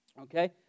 Okay